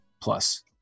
plus